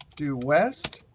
do west,